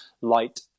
light